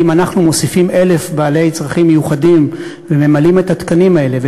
כי אם אנחנו מוסיפים 1,000 בעלי צרכים מיוחדים וממלאים את התקנים האלה,